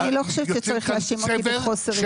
אני לא חושבת שצריך להאשים אותי בחוסר התכוננות.